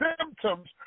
symptoms